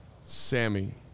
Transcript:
Sammy